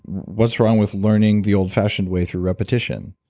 what's wrong with learning the old-fashioned way through repetition?